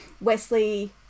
Wesley